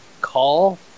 call